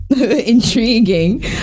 Intriguing